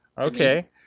Okay